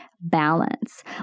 balance